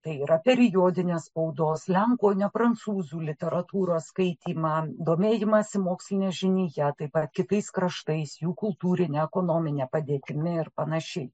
tai yra periodinės spaudos lenkų prancūzų literatūros skaitymą domėjimąsi moksline žinija taip pat kitais kraštais jų kultūrine ekonomine padėtimi ir pan